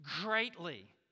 greatly